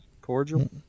cordial